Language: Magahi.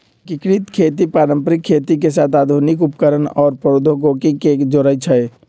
एकीकृत खेती पारंपरिक खेती के साथ आधुनिक उपकरणअउर प्रौधोगोकी के जोरई छई